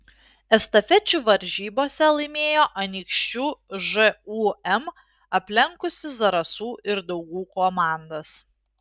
estafečių varžybose laimėjo anykščių žūm aplenkusi zarasų ir daugų komandas